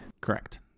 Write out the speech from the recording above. Correct